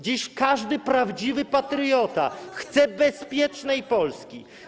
Dziś każdy prawdziwy patriota chce bezpiecznej Polski.